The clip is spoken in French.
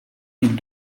mille